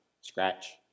scratch